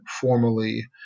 formally